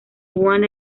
what